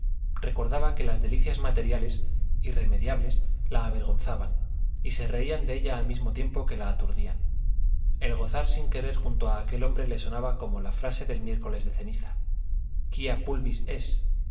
recordaba que las delicias materiales irremediables la avergonzaban y se reían de ella al mismo tiempo que la aturdían el gozar sin querer junto a aquel hombre le sonaba como la frase del miércoles de ceniza quia pulvis es